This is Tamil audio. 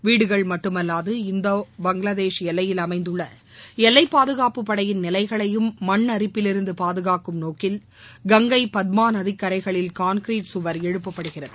வீடுகள் மட்டுமல்லாது இந்தோ பங்களாதேஷ் எல்லையில் அமைந்துள்ள எல்லை பாதுகாப்பு படையின் நிலைகளையும் மண் அரிப்பிலிருந்து பாதுகாக்கும் நோக்கில் கங்கை பத்மா நதிக் கரைகளில் கான்கிரீட் கவர் எழுப்பபடுகிறது